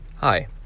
Hi